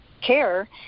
care